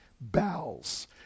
bowels